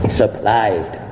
supplied